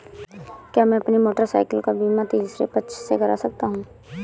क्या मैं अपनी मोटरसाइकिल का बीमा तीसरे पक्ष से करा सकता हूँ?